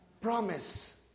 Promise